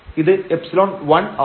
ഇത് ϵ1 ആവും